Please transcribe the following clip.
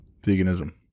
veganism